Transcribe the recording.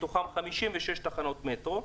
מתוכן 56 תחנות מטרו,